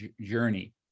journey